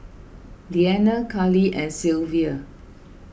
Leanna Cali and Sylvia